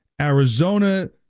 Arizona